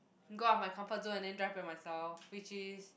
go out my comfort zone and then drive by myself which is